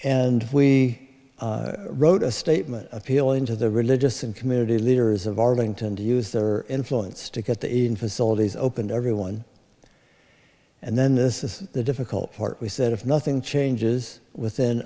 and we wrote a statement appealing to the religious and community leaders of arlington to use their influence to get the facilities open to everyone and then this is the difficult part we said if nothing changes within